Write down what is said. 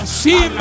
see